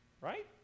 Right